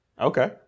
Okay